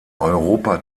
europa